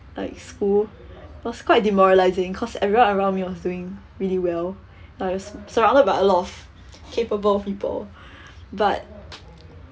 like school was quite demoralising cause everyone around me was doing really well like surrounded by a lot of capable people but